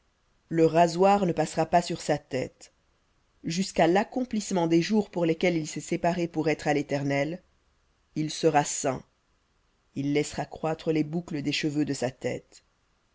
le rasoir ne passera pas sur sa tête jusqu'à l'accomplissement des jours pour lesquels il s'est séparé à l'éternel il sera saint il laissera croître les boucles des cheveux de sa tête